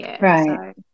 right